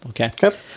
okay